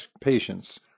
patients